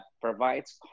provides